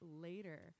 later